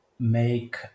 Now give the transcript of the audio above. make